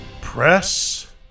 Press